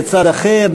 לצד אחר,